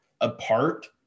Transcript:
apart